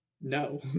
No